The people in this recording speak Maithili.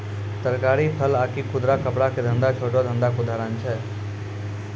तरकारी, फल आकि खुदरा कपड़ा के धंधा छोटो धंधा के उदाहरण छै